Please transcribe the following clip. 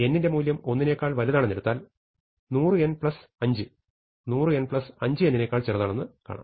n ന്റെ മൂല്യം 1 നേക്കാൾ വലുതാണെന്ന് എടുത്താൽ 100n5 100n5n നേക്കാൾ ചെറുതാണെന്ന് കാണാം